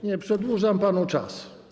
Nie, przedłużam panu czas.